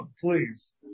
please